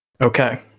Okay